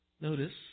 notice